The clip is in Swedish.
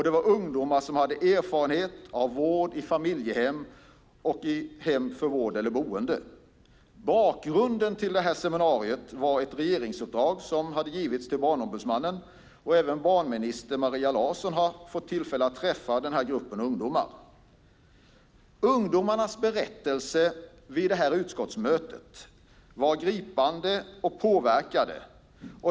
Det var ungdomar som hade erfarenhet av vård i familjehem och i hem för vård eller boende. Bakgrunden till seminariet var ett regeringsuppdrag som hade givits till Barnombudsmannen. Även barnminister Maria Larsson har fått tillfälle att träffa denna grupp ungdomar. Ungdomarnas berättelser vid utskottsmötet var gripande och påverkade.